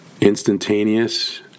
instantaneous